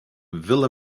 ville